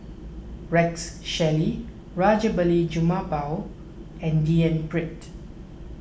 Rex Shelley Rajabali Jumabhoy and D N Pritt